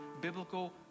biblical